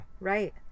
right